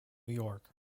york